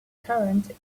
current